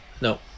no